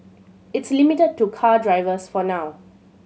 it's limited to car drivers for now